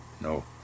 no